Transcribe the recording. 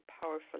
powerful